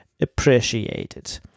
appreciated